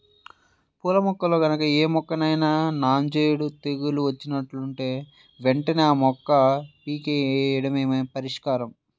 పూల మొక్కల్లో గనక ఏ మొక్కకైనా నాంజేడు తెగులు వచ్చినట్లుంటే వెంటనే ఆ మొక్కని పీకెయ్యడమే పరిష్కారం